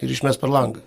ir išmes per langą